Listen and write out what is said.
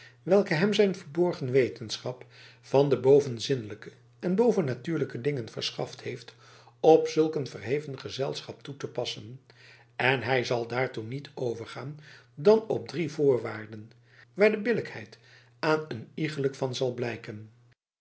welke hem zijn verborgen wetenschap van de bovenzinnelijke en bovennatuurlijke dingen verschaft heeft op zulk een verheven gezelschap toe te passen en hij zal daartoe niet overgaan dan op drie voorwaarden waar de billijkheid aan een iegelijk van zal blijken